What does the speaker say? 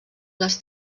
les